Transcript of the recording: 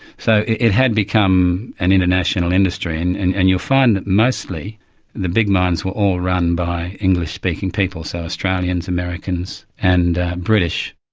so it had become an international industry and and and you'll find that mostly the big mines were all run by english-speaking people, so australians, americans and british.